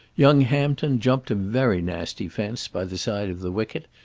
young hampton jumped a very nasty fence by the side of the wicket,